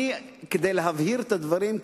כדי להבהיר את הדברים,